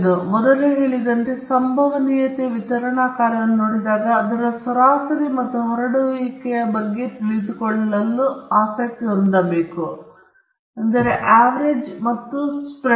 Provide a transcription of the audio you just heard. ಮತ್ತು ನಾನು ಮೊದಲೇ ಹೇಳಿದಂತೆ ಸಂಭವನೀಯತೆ ವಿತರಣಾ ಕಾರ್ಯವನ್ನು ನೋಡಿದಾಗ ನಾವು ಅದರ ಸರಾಸರಿ ಮತ್ತು ಹರಡುವಿಕೆಯ ಬಗ್ಗೆ ತಿಳಿದುಕೊಳ್ಳಲು ಆಸಕ್ತಿ ಹೊಂದಿದ್ದೇವೆ